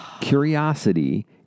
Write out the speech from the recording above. Curiosity